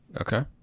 okay